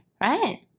Right